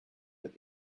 but